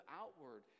outward